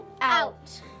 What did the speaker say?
Out